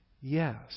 Yes